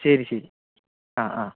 ശരി ശരി